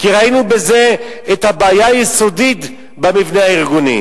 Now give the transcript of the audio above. היא שינוי המבנה הארגוני